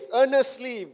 earnestly